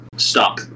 Stop